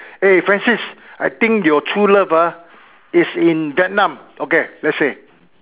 eh Francis I think your true love ah is in Vietnam okay let's say